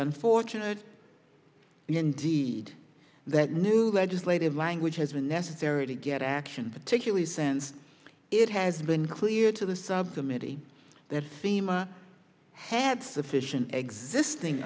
unfortunate indeed that new legislative language has been necessary to get action particularly since it has been clear to the subcommittee there thema had sufficient existing